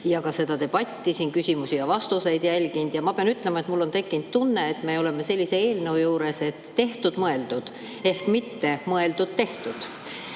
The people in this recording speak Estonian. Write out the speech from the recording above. ja ka seda debatti siin, küsimusi ja vastuseid jälginud. Ma pean ütlema, et mul on tekkinud tunne, et me oleme sellise eelnõu juures, et "tehtud-mõeldud", mitte "mõeldud-tehtud".